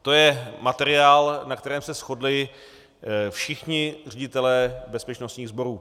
To je materiál, na kterém se shodli všichni ředitelé bezpečnostních sborů.